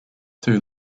two